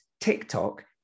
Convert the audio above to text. tiktok